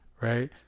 right